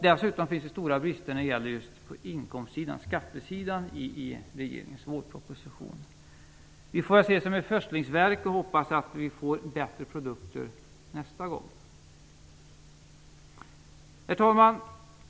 Dessutom finns det stora brister på inkomstsidan och skattesidan i regeringens vårproposition. Vi får se detta som ett förstlingsverk och hoppas att vi får bättre produkter nästa gång. Herr talman!